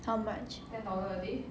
how much